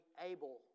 able